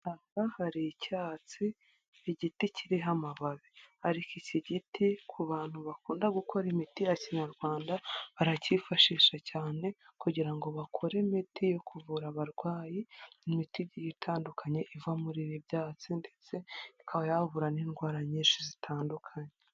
Aha hari icyatsi igiti kiriho amababi ariko iki giti ku bantu bakunda gukora imiti ya kinyarwanda baracyifashisha cyane kugira ngo bakore imiti yo kuvura abarwayi imiti igiye itandukanye iva muri ibi byatsi ndetse ikaba yavura n'indwara nyinshi zitandukanye.